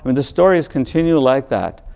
and the stories continue like that.